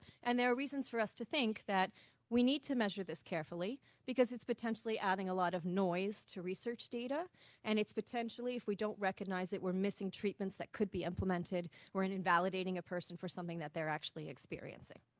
and there are reasons for us to think that we need to measure this carefully because it's potentially adding a lot of noise to research data and it's potentially if he we don't recognize it we're missing treatments that could be implemented or and invalidating a person for something that they're actually experiencing.